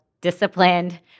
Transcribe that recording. disciplined